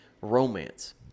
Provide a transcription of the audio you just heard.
romance